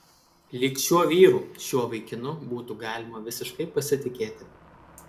lyg šiuo vyru šiuo vaikinu būtų galima visiškai pasitikėti